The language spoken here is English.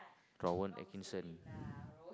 Rowan-Atkinson